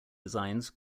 designs